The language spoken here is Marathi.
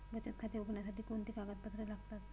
बचत खाते उघडण्यासाठी कोणती कागदपत्रे लागतात?